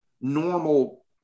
normal